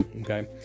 okay